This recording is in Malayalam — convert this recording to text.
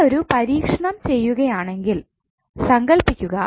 നിങ്ങൾ ഒരു പരീക്ഷണം ചെയ്യുകയാണെന്ന് സങ്കൽപ്പിക്കുക